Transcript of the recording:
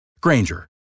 Granger